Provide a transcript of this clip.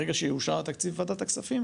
ברגע שיאושר התקציב בוועדת הכספים,